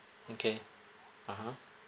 okay (uh huh)